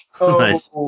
Nice